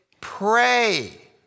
pray